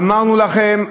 "אמרנו לכם",